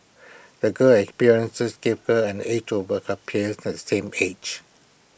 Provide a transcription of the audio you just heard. the girl experiences gave her an edge over her peers can same age